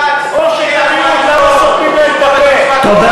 כץ, או, או שצוחקים להם, כץ, תצביעו כמו שצריך.